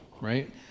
right